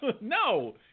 no